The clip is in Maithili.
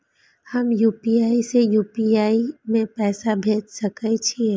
हम यू.पी.आई से यू.पी.आई में पैसा भेज सके छिये?